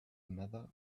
matter